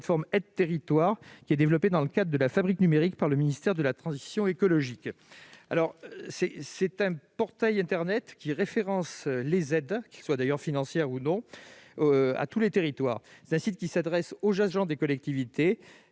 plateforme Aides-territoires, qui est développée dans le cadre de la Fabrique numérique par le ministère de la transition écologique. C'est un portail internet qui référence les aides, qu'elles soient ou non financières, à tous les territoires. Il s'adresse aux agents des collectivités